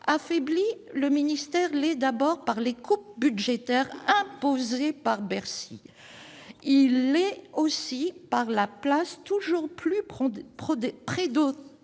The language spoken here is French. Affaibli, le ministère l'est d'abord par les coupes budgétaires imposées par Bercy ; il l'est aussi par la place toujours plus prépondérante